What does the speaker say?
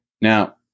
Now